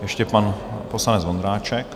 Ještě pan poslanec Vondráček.